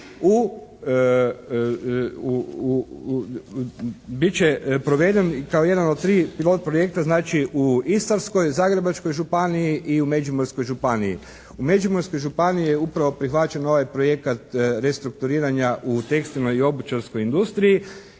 bit će proveden kao jedan od 3 pilot projekta. Znači, u Istarskoj, Zagrebačkoj županiji i u Međimurskoj županiji. U Međimurskoj županiji je upravo prihvaćen ovaj projekat restrukturiranja u tekstilnoj i obućarskoj industriji